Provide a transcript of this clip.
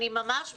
אני ממש מבקשת,